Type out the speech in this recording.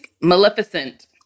Maleficent